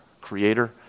creator